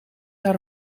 haar